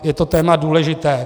Je to téma důležité.